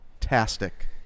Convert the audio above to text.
fantastic